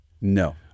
No